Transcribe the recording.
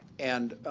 and